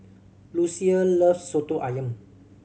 Lucia loves Soto Ayam